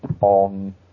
on